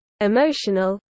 emotional